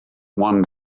one